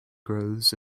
grows